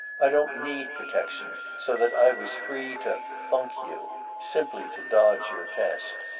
i don't need protection, so that i was free to funk you simply to dodge your test.